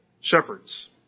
shepherds